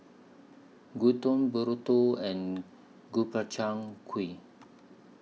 Gyudon Burrito and Gobchang Gui